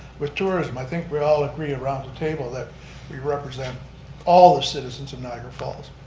with tourism, i think we all agree around the table that we represent all the citizens in niagara falls.